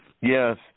Yes